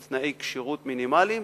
עם תנאי כשירות מינימליים,